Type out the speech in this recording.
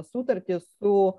sutartį su